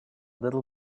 little